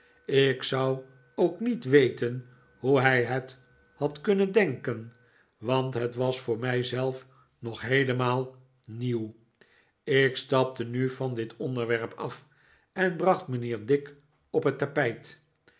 ik zou ook niet weten hoe hij het had kunnen denken want het was voor mij zelf nbg heelemaal nieuw ik stapte nu van dit onderwerp af en bracht mijnheer dick op het tapijt